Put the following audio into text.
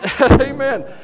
amen